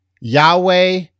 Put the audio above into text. Yahweh